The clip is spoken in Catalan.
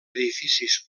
edificis